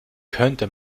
könnte